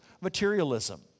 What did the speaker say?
materialism